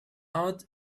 had